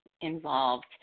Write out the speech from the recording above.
involved